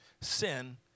Sin